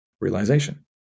realization